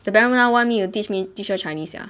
the parent want me to teach me teach her chinese sia